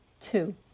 two